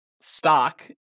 stock